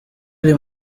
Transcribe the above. ari